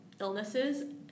illnesses